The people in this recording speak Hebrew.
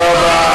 תודה רבה.